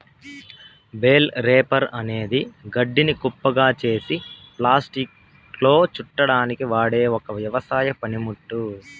bale wrapper అనేది గడ్డిని కుప్పగా చేసి ప్లాస్టిక్లో చుట్టడానికి వాడె ఒక వ్యవసాయ పనిముట్టు